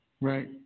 right